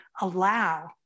allow